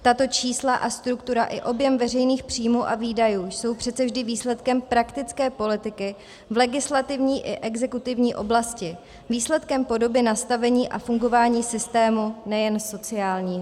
Tato čísla a struktura i objem veřejných příjmů a výdajů jsou přece vždy výsledkem praktické politiky v legislativní i exekutivní oblasti, výsledkem podoby nastavení a fungování systému nejen sociálního.